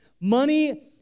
money